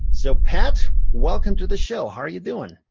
so, pat, welcome to the show. how are you doing?